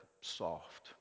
soft